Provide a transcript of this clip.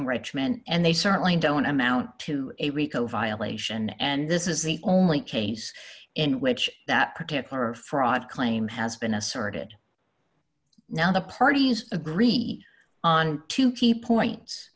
enrichment and they certainly don't amount to a rico violation and this is the only case in which that particular fraud claim has been asserted now the parties agree on two key points